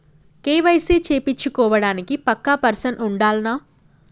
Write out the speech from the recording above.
KYC చేపిచ్చుకోవడానికి పక్కా person ఉండాల్నా?